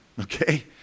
okay